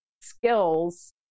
skills